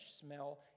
smell